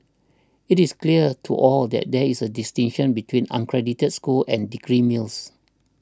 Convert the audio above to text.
it is clear to all that there is a distinction between unaccredited schools and degree mills